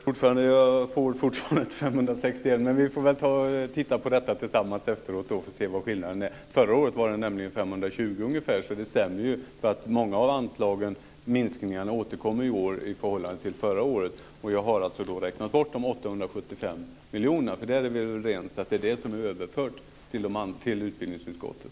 Herr talman! Jag får det fortfarande till 561 miljoner, men vi får väl titta på detta tillsammans efteråt för att se vad skillnaden är. Förra året var den nämligen ungefär 520 miljoner. Det stämmer ju eftersom många av minskningarna av anslagen återkommer i år också. Jag har alltså räknat bort 875 miljoner. Vi är överens om att det är det som är överfört till utbildningsutskottet.